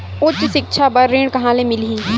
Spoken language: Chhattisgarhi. उच्च सिक्छा बर ऋण कहां ले मिलही?